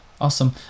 Awesome